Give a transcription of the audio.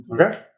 Okay